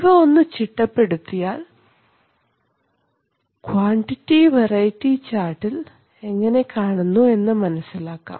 ഇവ ഒന്ന് ചിട്ടപ്പെടുത്തിയാൽ ക്വാണ്ടിറ്റി വെറൈറ്റി ചാർട്ടിൽ എങ്ങനെ കാണുന്നു എന്നു മനസ്സിലാക്കാം